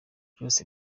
byose